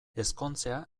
ezkontzea